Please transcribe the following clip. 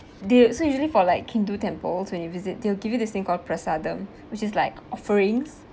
the so usually for like hindu temples when you visit they will give you this thing called prasada which is like offerings